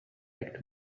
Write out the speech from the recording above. back